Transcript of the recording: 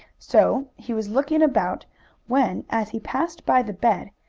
so he was looking about when, as he passed by the bed,